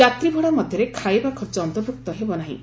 ଯାତ୍ରୀ ଭଡା ମଧ୍ୟରେ ଖାଇବା ଖର୍ଚ୍ଚ ଅନ୍ତର୍ଭୁକ୍ତ ହେବ ନାହିଁ